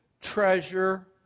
treasure